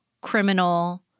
criminal